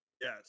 Yes